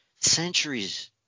centuries